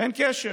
אין קשר.